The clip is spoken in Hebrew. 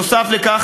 נוסף על כך,